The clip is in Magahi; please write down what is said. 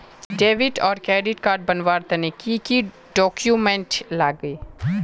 डेबिट आर क्रेडिट कार्ड बनवार तने की की डॉक्यूमेंट लागे?